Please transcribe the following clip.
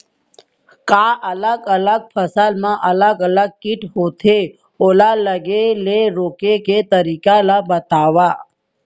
का अलग अलग फसल मा अलग अलग किट होथे, ओला लगे ले रोके के तरीका ला बतावव?